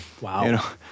Wow